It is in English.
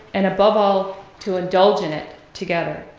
and above all, to indulge in it together.